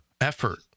effort